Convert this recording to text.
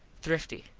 thrifty.